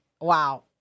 wow